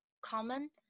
common